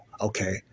okay